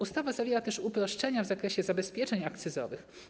Ustawa zawiera też uproszczenia w zakresie zabezpieczeń akcyzowych.